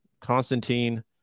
constantine